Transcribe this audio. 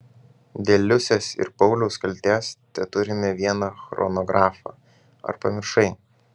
dėl liusės ir pauliaus kaltės teturime vieną chronografą ar pamiršai